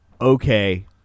okay